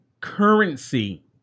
currency